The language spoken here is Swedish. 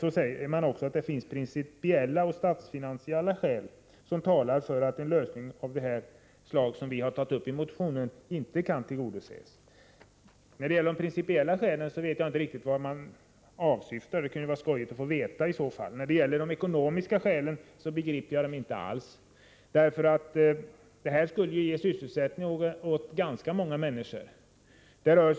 Man säger också att det finns principiella och statsfinansiella skäl som talar för att en lösning av det slag som vi har tagit upp i motionen inte kan komma i fråga. När det gäller de principiella skälen vet jag inte riktigt vad man åsyftar. Det kunde vara skojigt att få veta. De ekonomiska skälen begriper jag inte alls. Detta förslag skulle innebära sysselsättning för ganska många människor.